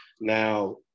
now